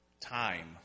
time